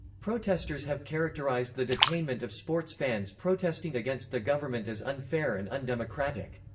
protesters have characterized the detainment of sports fans protesting against the government as unfair and undemocratic.